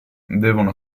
devono